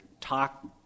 talk